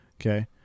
Okay